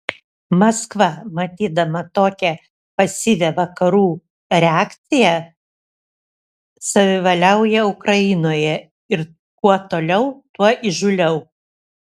maskva matydama tokią pasyvią vakarų reakciją savivaliauja ukrainoje ir kuo toliau tuo įžūliau